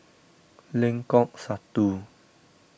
Lengkok Satu